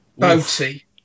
Boaty